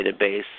database